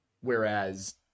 whereas